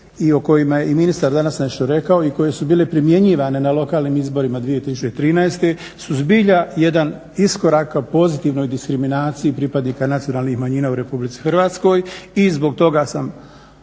i o kojima je i ministar danas nešto rekao i koje su bile primjenjivane na lokalnim izborima 2013. su zbilja jedan iskorak ka pozitivnoj diskriminaciji pripadnika nacionalnih manjina u RH i zbog toga sam